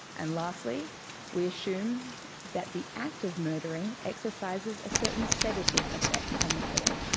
and lastly we assume that the act of murdering exercises a certain sedative effect on the killer,